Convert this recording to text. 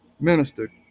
Minister